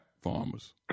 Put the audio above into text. farmers